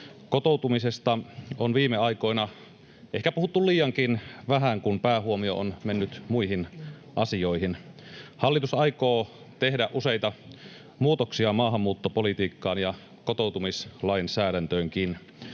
Kotoutumisesta on viime aikoina puhuttu ehkä liiankin vähän, kun päähuomio on mennyt muihin asioihin. Hallitus aikoo tehdä useita muutoksia maahanmuuttopolitiikkaan ja kotoutumislainsäädäntöönkin.